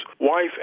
wife